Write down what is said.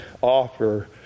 offer